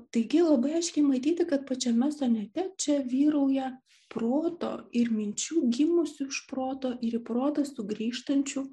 taigi labai aiškiai matyti kad pačiame sonete čia vyrauja proto ir minčių gimusių iš proto ir į protą sugrįžtančių